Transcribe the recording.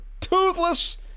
toothless